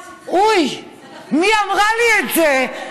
אוי, מי אמרה לי את זה?